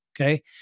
Okay